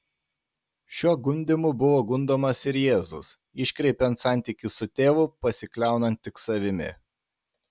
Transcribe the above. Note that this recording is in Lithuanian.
šiuo gundymu buvo gundomas ir jėzus iškreipiant santykį su tėvu pasikliaunant tik savimi